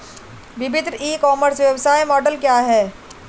विभिन्न e commerce व्यवसाय model क्या हैं?